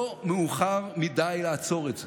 לא מאוחר מדי לעצור את זה.